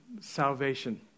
salvation